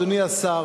אדוני השר,